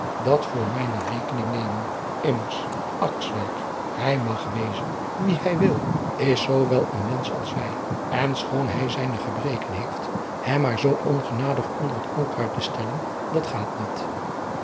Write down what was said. dat voor mijne rekening nemen immers akswijk hij mag wezen wie hij wil is zoo wel een mensch als wij en schoon hij zijne gebreken heeft hem maar zoo ongenadig onder het onkruid te stellen dat gaat niet